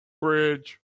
Bridge